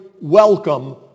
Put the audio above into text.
welcome